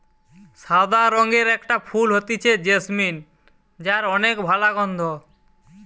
সাদা রঙের একটা ফুল হতিছে জেসমিন যার অনেক ভালা গন্ধ